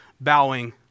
bowing